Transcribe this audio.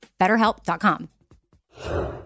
BetterHelp.com